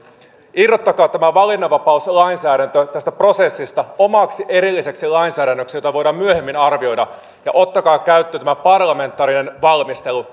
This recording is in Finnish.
irrottakaa tämä valinnanvapauslainsäädäntö tästä prosessista omaksi erilliseksi lainsäädännöksi jota voidaan myöhemmin arvioida ja ottakaa käyttöön parlamentaarinen valmistelu